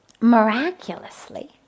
miraculously